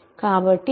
కాబట్టి 3 9